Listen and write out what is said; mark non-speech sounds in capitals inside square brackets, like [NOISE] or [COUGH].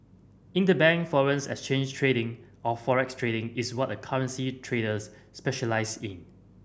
interbank foreign [UNINTELLIGIBLE] exchange trading or forex trading is what a currency traders specialise in